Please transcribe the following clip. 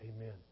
Amen